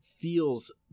Feels